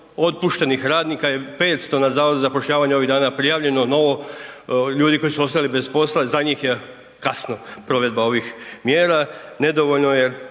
otpuštenih radnika je 500 na zavodu za zapošljavanje ovih dana prijavljeno novo ljudi koji su ostali bez posla, za njih je kasno provedba ovih mjera. Nedovoljno jel